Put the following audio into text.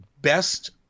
best